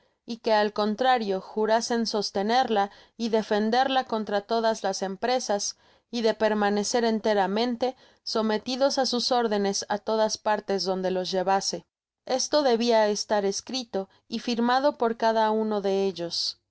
y que al contrario jurasen sostenerla y defenderla contra todas las empresas y de permanecer enteramente sometidos á sus órdenes á todas partes donde ios llevase esto debia estar escrito y firmado por cada uno de ellos